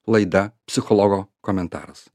laida psichologo komentaras